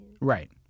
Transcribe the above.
Right